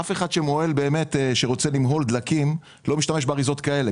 אף אחד שרוצה למהול דלקים לא משתמש באריזות כאלו.